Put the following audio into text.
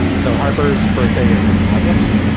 so harper's birthday is in august.